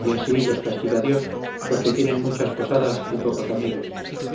y así los castiga dios porque tienen muchas posadas y pocos amigos